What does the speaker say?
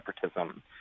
separatism